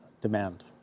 demand